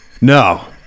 No